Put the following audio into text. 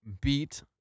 beat